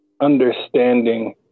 understanding